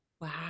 wow